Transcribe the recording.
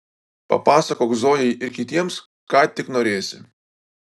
papasakok zojai ir kitiems ką tik norėsi